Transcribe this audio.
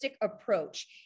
approach